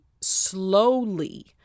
slowly